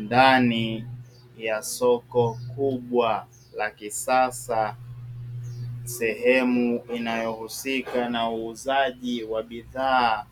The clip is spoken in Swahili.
Ndani ya soko kubwa la kisasa, sehemu inayo husika na uuzaji wa bidhaa